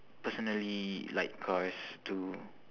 personally like cars too